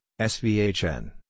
SVHN